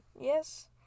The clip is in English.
Yes